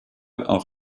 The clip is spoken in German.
auf